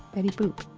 betty boop